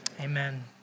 amen